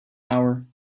hour